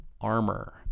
armor